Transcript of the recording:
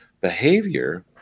behavior